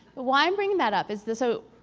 why i'm bringing that up is this so